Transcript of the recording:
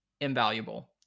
invaluable